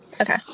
Okay